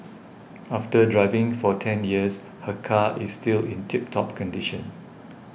after driving for ten years her car is still in tip top condition